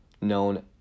known